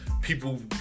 people